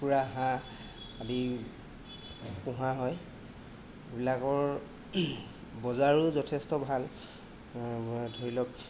কুকুৰা হাঁহ আদি পোহা হয় সেইবিলাকৰ বজাৰো যথেষ্ট ভাল ধৰি লওক